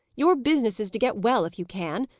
your business is to get well, if you can.